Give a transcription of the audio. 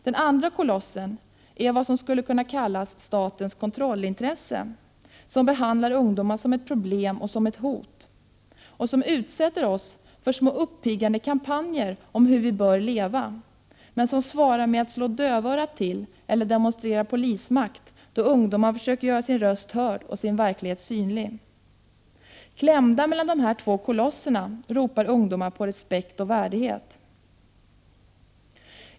Den andra kolossen är vad som skulle kunna kallas statens kontrollintresse, som behandlar ungdomar som ett problem och ett hot, och som utsätter oss för små uppiggande kampanjer om hur vi bör leva, men som svarar med att slå dövörat till eller demonstrera polismakt, då ungdomar försöker göra sin röst hörd och sin verklighet synlig. Klämda mellan två kolosser ropar ungdomar på respekt och värdighet.